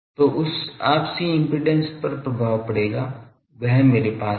तो उस आपसी इम्पीडेन्स पर प्रभाव पड़ेगा वह मेरे पास है